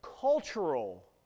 Cultural